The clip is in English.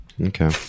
Okay